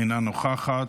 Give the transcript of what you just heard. אינה נוכחת,